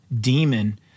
demon